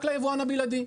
רק ליבואן הבלעדי,